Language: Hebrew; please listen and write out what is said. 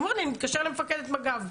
הוא אומר לי, אני מתקשר למפקדת מג"ב.